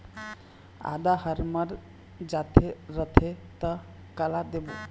आदा हर मर जाथे रथे त काला देबो?